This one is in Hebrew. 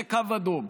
זה קו אדום.